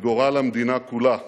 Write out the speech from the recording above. לגורל המדינה כולה